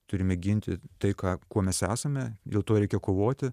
turime ginti tai ką kuo mes esame dėl to reikia kovoti